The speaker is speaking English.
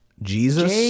jesus